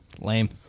Lame